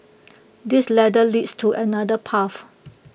this ladder leads to another path